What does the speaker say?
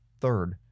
third